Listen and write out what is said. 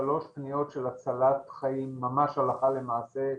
שלוש פניות של הצלחת חיים ממש הלכה למעשה.